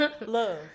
Love